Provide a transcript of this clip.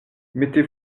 mettez